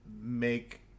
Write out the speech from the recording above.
make